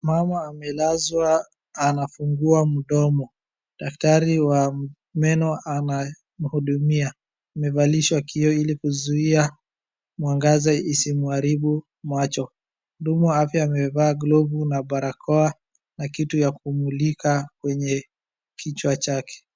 Mama amelazwa anafungua mdomo, daktari wa meno anamhudumia, amevalishwa kioo ili kuzuia mwangaza isimwaribu macho, mhudumu wa afya amevaa glovu na barakoa na kitu ya kumulika kwenye kichwa chake.